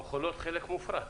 במכולות חלק מופרט.